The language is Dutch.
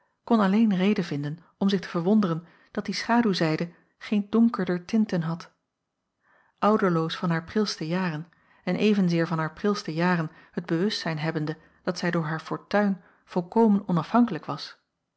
kon alleen reden vinden om zich te verwonderen dat die schaduwzijde geen donkerder tinten had ouderloos van haar prilste jaren en evenzeer van haar prilste jaren het bewustzijn hebbende dat zij door haar fortuin volkomen onafhankelijk was